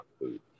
food